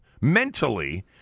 mentally